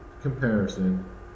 comparison